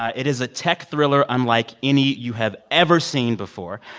it is a tech thriller unlike any you have ever seen before.